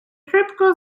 szybko